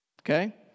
Okay